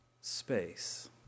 space